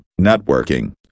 networking